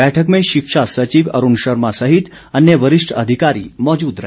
बैठक में शिक्षा सचिव अरूण शर्मा सहित अन्य वरिष्ठ अधिकारी मौजूद रहे